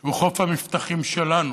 שהוא חוף המבטחים שלנו.